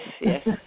yes